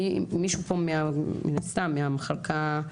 מישהו פה, מן הסתם, מהמחלקה,